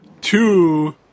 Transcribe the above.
Two